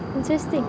interesting